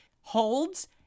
holds